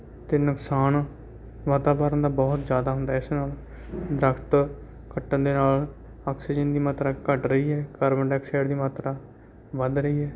ਅਤੇ ਨੁਕਸਾਨ ਵਾਤਾਵਰਨ ਦਾ ਬਹੁਤ ਜ਼ਿਆਦਾ ਹੁੰਦਾ ਇਸ ਨਾਲ ਦਰਖ਼ਤ ਕੱਟਣ ਦੇ ਨਾਲ ਆਕਸੀਜਨ ਦੀ ਮਾਤਰਾ ਘੱਟ ਰਹੀ ਹੈ ਕਾਰਬਨ ਡਾਈਆਕਸਾਈਡ ਦੀ ਮਾਤਰਾ ਵੱਧ ਰਹੀ ਹੈ